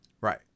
Right